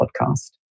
podcast